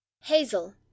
hazel